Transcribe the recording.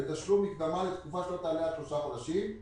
ותשלום מקדמה לתקופה שלא תעלה על שלושה חודשים.